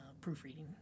proofreading